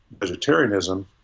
vegetarianism